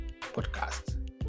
podcast